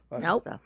Nope